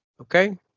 okay